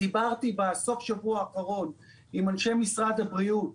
דיברתי בסוף השבוע האחרון עם אנשי משרד הבריאות,